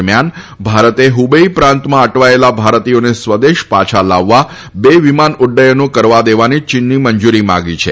દરમિયાન ભારતે હુબેઇ પ્રાંતમાં અટવાયેલા ભારતીયોને સ્વદેશ પાછા લાવવા બે વિમાન ઉડૃથનો કરવા દેવાની ચીનની મંજુરી માંગી છે